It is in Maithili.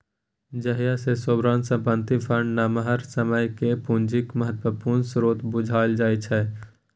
जाहि सँ सोवरेन संपत्ति फंड नमहर समय केर पुंजीक महत्वपूर्ण स्रोत बुझल जाइ छै